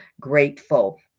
grateful